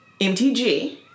MTG